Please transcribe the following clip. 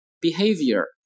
behavior